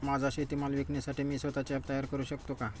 माझा शेतीमाल विकण्यासाठी मी स्वत:चे ॲप तयार करु शकतो का?